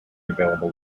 available